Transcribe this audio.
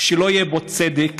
שלא יהיה בו צדק